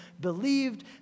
believed